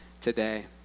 today